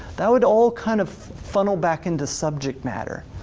that would all kind of funnel back into subject matter.